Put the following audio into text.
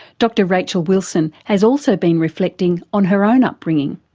dr rachel wilson has also been reflecting on her own upbringing.